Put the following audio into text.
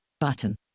Button